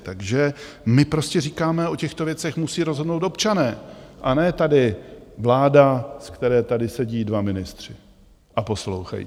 Takže my prostě říkáme, o těchto věcech musí rozhodnout občané, a ne tady vláda, z které tady sedí dva ministři a poslouchají.